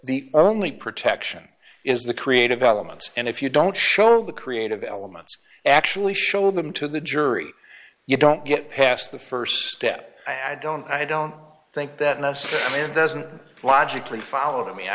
the only protection is the creative elements and if you don't show the creative elements actually show them to the jury you don't get past the st step i don't i don't think that must mean doesn't logically follow to me i